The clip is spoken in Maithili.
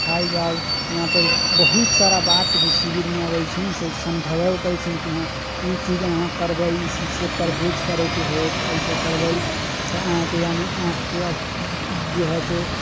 खाइ जाउ यहाँपर बहुत सारा बात भी शिविरमे अबैत छनि से समझेबो करैत छथिन यहाँ ई चीज अहाँ करबै ई चीजसँ परहेज करयके होयत एहिसँ करबै तऽ अहाँके यानि आँखिके जे हइ से